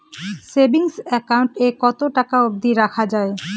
Savings account এ কতো টাকা অব্দি রাখা যায়?